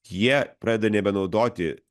jie pradeda nebenaudoti